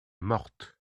morte